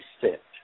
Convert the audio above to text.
sit